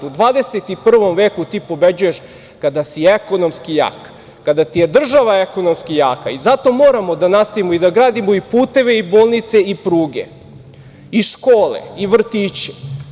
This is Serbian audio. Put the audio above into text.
U 21. veku ti pobeđuješ kada si ekonomski jak, kada ti je država ekonomski jaka i zato moramo da nastavimo i da gradimo i puteve i bolnice i pruge i škole i vrtiće.